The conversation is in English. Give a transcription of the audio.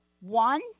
One